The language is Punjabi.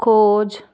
ਖੋਜ